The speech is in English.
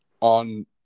on